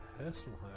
Personal